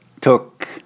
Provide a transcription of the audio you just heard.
took